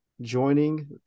joining